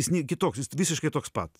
jis nei kitoks jis visiškai toks pat